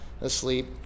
asleep